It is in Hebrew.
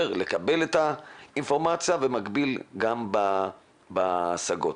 ולקבל את האינפורמציה ובמקביל גם לנושא ההשגות.